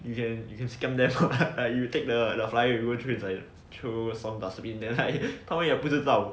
you can you can scam them [what] you take the flyer with you go to throw some dustbin then 他们也不知道